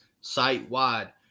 site-wide